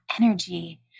energy